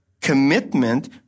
commitment